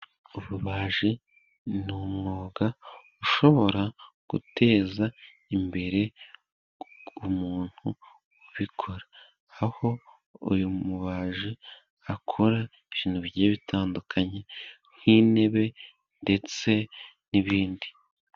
Ububaji ni umwuga ushobora guteza imbere umuntu ubikora. Aho uyu mubaji akora ibintu byinshi bitandukanye, nk'intebe ndetse n'ibindi.